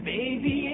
Baby